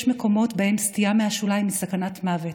יש מקומות שבהם סטייה מהשוליים היא סכנת מוות,